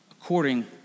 according